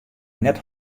net